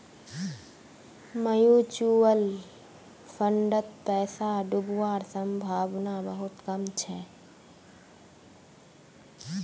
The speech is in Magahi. म्यूचुअल फंडत पैसा डूबवार संभावना बहुत कम छ